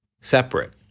separate